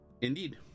Indeed